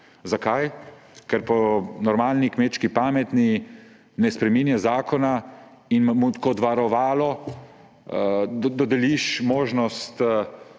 Zakaj? Ker po normalni kmečki pameti ne spreminjaš zakona in mu kot varovalo dodeliš možnost